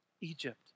Egypt